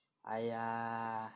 !aiya!